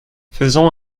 faisons